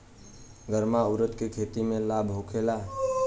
गर्मा उरद के खेती से लाभ होखे ला?